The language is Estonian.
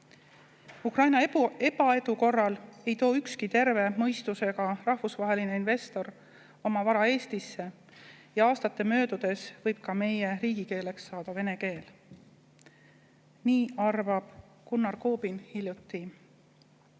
Ukraina ebaedu korral ei too ükski terve mõistusega rahvusvaheline investor oma vara Eestisse ja aastate möödudes võib ka meie riigikeeleks saada vene keel." Nii arvas Gunnar Kobin hiljuti